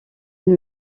elle